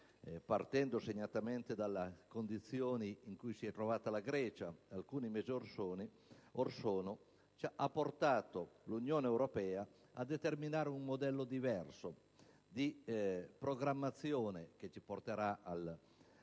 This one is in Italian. partendo segnatamente dalle condizioni in cui si è trovata la Grecia alcuni mesi or sono, ha portato l'Unione europea a determinare un modello diverso di programmazione che ci porterà al